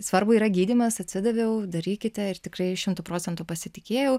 svarbu yra gydymas atsidaviau darykite ir tikrai šimtu procentų pasitikėjau